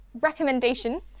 recommendation